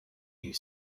you